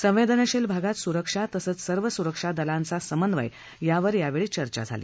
संवेदनशील भागात सुरक्षा तसंच सर्व सुरक्षा दलांचा समन्वय यावर यावेळी चर्चा झाली